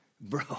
Bro